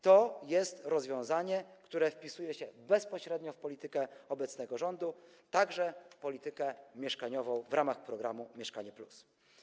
To jest rozwiązanie, które wpisuje się bezpośrednio w politykę obecnego rządu, także w politykę mieszkaniową w ramach programu „Mieszkanie+”